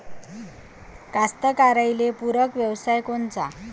कास्तकाराइले पूरक व्यवसाय कोनचा?